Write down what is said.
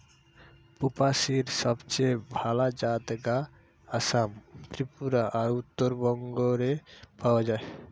সুপারীর সবচেয়ে ভালা জাত গা আসাম, ত্রিপুরা আর উত্তরবঙ্গ রে পাওয়া যায়